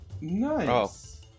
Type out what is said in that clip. Nice